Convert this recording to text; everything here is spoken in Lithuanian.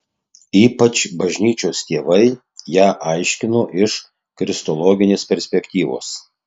ypač bažnyčios tėvai ją aiškino iš kristologinės perspektyvos